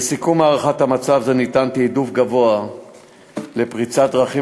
בסיכום הערכת המצב ניתן תעדוף גבוה לפריצת דרכים